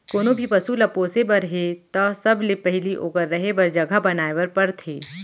कोनों भी पसु ल पोसे बर हे त सबले पहिली ओकर रहें बर जघा बनाए बर परथे